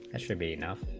and should be enough